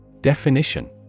Definition